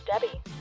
Debbie